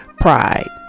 pride